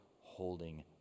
holding